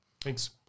Thanks